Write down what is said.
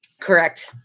correct